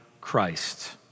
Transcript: Christ